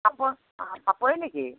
পাপ অঁ পাপৰি নেকি